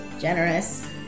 generous